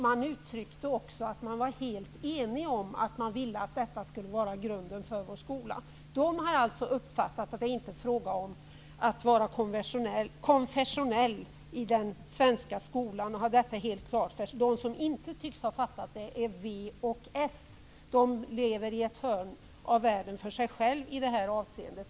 Man var helt enig om att detta skulle vara grunden för vår skola. De hade alltså uppfattat att det inte är fråga om att vara konfessionell i den svenska skolan. De som inte tycks ha förstått det är vänsterpartister och socialdemokrater. De lever i ett hörn av världen för sig själva i det här avseendet.